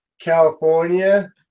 California